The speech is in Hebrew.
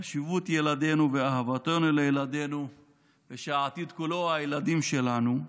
חשיבות ילדינו ואהבתנו לילדינו ושהעתיד כולו הוא הילדים שלנו.